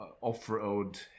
off-road